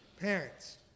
Parents